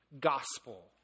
gospel